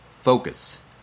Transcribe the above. focus